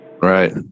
Right